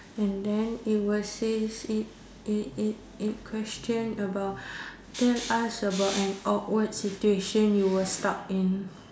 and then it will says it it it it question about tell us about an awkward situation you were stuck in